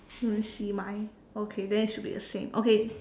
let me see mine okay then it should be the same okay